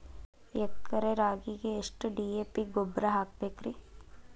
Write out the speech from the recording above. ಎಕರೆ ರಾಗಿಗೆ ಎಷ್ಟು ಡಿ.ಎ.ಪಿ ಗೊಬ್ರಾ ಹಾಕಬೇಕ್ರಿ?